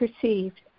perceived